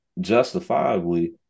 justifiably